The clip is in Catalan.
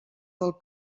del